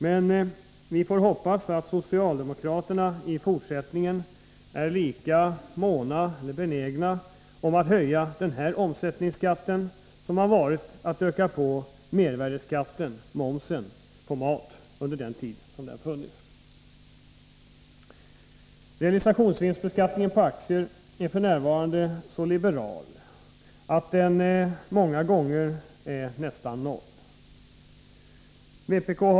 Men vi får hoppas att socialdemokraterna i fortsättningen är lika benägna att höja denna omsättningsskatt som de varit att öka mervärdeskatten, momsen, på mat under den tid som denna skatt har funnits. Realisationsvinstsbeskattningen på aktier är f. n. så liberal att den många gånger är nästan lika med noll.